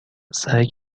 سعی